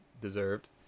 Deserved